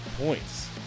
points